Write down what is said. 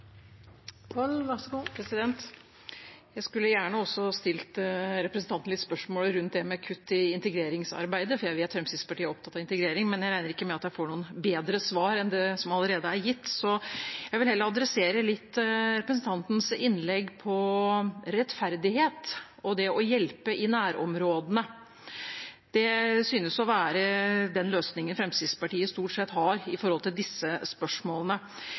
Jeg skulle gjerne også stilt representanten spørsmål om det med kutt i integreringsarbeidet, for jeg vet at Fremskrittspartiet er opptatt av integrering, men jeg regner ikke med at jeg får noe bedre svar enn det som allerede er blitt gitt. Jeg vil heller adressere den delen av representantens innlegg som handlet om rettferdighet og det å hjelpe i nærområdene. Det synes å være den løsningen Fremskrittspartiet stort sett har når det gjelder disse spørsmålene.